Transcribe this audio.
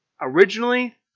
Originally